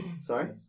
Sorry